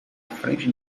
frente